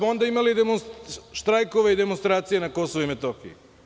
Onda smo imali štrajkove i demonstracije na Kosovu i Metohiji.